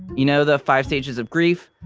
you know the five stages of grief.